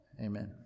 Amen